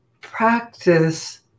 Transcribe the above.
practice